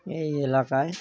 এই এলাকায়